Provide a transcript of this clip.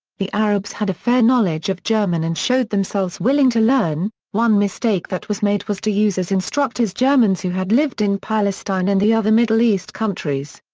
the arabs had a fair knowledge of german and showed themselves willing to learn. one mistake that was made was to use as instructors germans who had lived in palestine palestine and the other middle east countries.